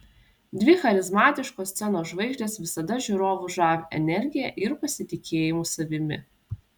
dvi charizmatiškos scenos žvaigždės visada žiūrovus žavi energija ir pasitikėjimu savimi